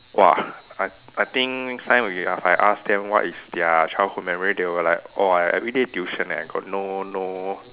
!wah! I I think next time if I ask them what is their childhood memory they will like oh I everyday tuition eh got no no